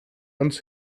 uns